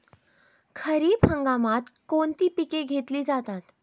खरीप हंगामात कोणती पिके घेतली जातात?